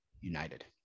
united